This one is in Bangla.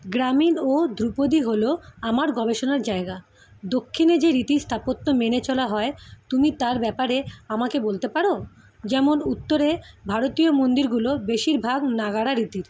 গ্রামীণ ও ধ্রুপদী হল আমার গবেষণার জায়গা দক্ষিণে যে রীতির স্থাপত্য মেনে চলা হয় তুমি তার ব্যাপারে আমাকে বলতে পারো যেমন উত্তরে ভারতীয় মন্দিরগুলো বেশিরভাগ নাগারা রীতির